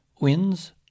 Wins